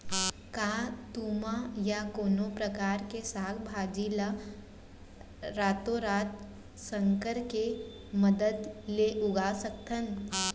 का तुमा या कोनो परकार के साग भाजी ला रातोरात संकर के मदद ले उगा सकथन?